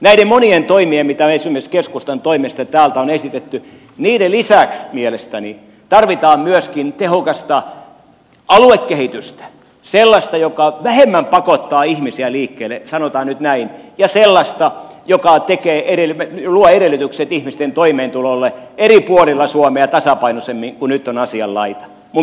näiden monien toimien lisäksi mitä esimerkiksi keskustan toimesta täältä on esitetty mielestäni tarvitaan myöskin tehokasta aluekehitystä sellaista joka vähemmän pakottaa ihmisiä liikkeelle sanotaan nyt näin ja sellaista joka luo edellytykset ihmisten toimeentulolle eri puolilla suomea tasapainoisemmin kuin nyt on asian laita